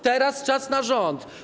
Teraz czas na rząd.